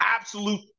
absolute